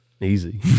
easy